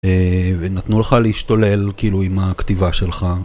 ונתנו לך להשתולל כאילו עם הכתיבה שלך